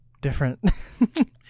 different